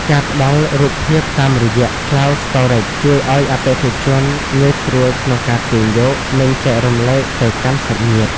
ការផ្ដល់រូបភាពតាមរយៈ Cloud Storage ជួយឱ្យអតិថិជនងាយស្រួលក្នុងការទាញយក និងចែករំលែកទៅកាន់សាច់ញាតិ។